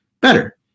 better